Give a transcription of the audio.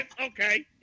Okay